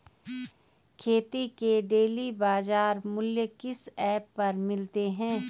खेती के डेली बाज़ार मूल्य किस ऐप पर मिलते हैं?